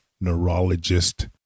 neurologist